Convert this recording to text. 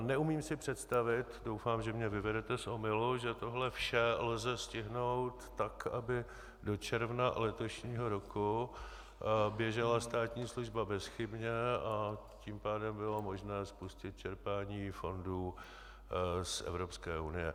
Neumím si představit, doufám, že mě vyvedete z omylu, že tohle vše lze stihnout tak, aby do června letošního roku běžela státní služba bezchybně, a tím pádem bylo možné spustit čerpání fondů z Evropské unie.